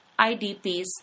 IDPs